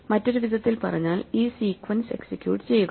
മറ്റൊരു വിധത്തിൽ പറഞ്ഞാൽ ഈ സീക്വൻസ് എക്സിക്യൂട്ട് ചെയ്യുക